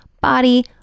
body